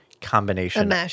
combination